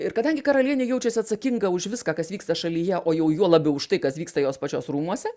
ir kadangi karalienė jaučiasi atsakinga už viską kas vyksta šalyje o jau juo labiau už tai kas vyksta jos pačios rūmuose